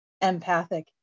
empathic